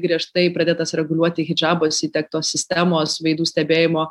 griežtai pradėtas reguliuoti hidžabas įdiegtos sistemos veidų stebėjimo